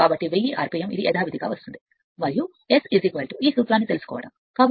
కాబట్టి 1000 rpm ఇది యథావిధిగా వస్తోంది మరియు s ఈ సూత్రాన్నితెలుసుకోవడం కాబట్టి దీని నుండి 0